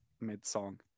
mid-song